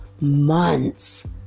months